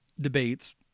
debates